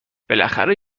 بالاخره